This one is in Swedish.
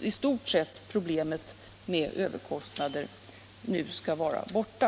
i stort sett borta.